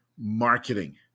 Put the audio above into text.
marketing